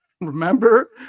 remember